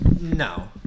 no